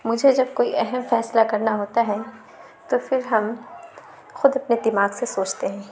مجھے جب کوئی اہم فیصلہ کرنا ہوتا ہے تو پھر ہم خود اپنے دماغ سے سوچتے ہیں